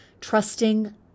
trusting